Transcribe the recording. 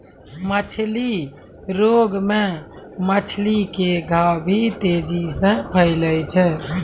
मछली रोग मे मछली के घाव भी तेजी से फैलै छै